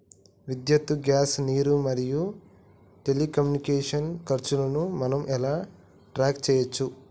విద్యుత్ గ్యాస్ నీరు మరియు టెలికమ్యూనికేషన్ల ఖర్చులను మనం ఎలా ట్రాక్ చేయచ్చు?